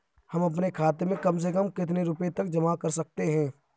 हम अपने खाते में कम से कम कितने रुपये तक जमा कर सकते हैं?